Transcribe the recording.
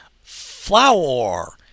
Flower